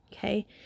Okay